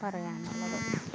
പറയാൻ ഉളളത്